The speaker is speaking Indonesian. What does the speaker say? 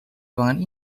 ruangan